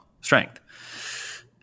strength